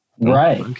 Right